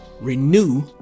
renew